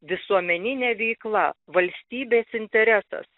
visuomeninė veikla valstybės interesas